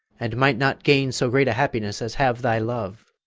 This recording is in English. and might not gain so great a happiness as half thy love?